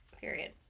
Period